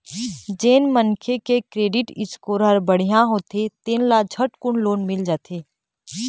जेन मनखे के क्रेडिट स्कोर ह बड़िहा होथे तेन ल झटकुन लोन मिल जाथे